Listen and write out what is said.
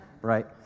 right